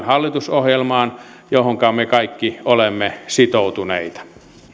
hallitusohjelmaan johonka me kaikki olemme sitoutuneita